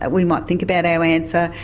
ah we might think about our answer,